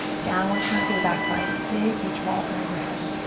downward current through the back body. and big beach ball up and overhead.